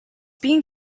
being